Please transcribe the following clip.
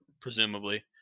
presumably